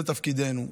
זה תפקידנו,